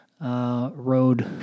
road